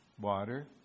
water